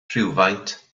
rhywfaint